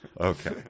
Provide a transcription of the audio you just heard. Okay